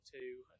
two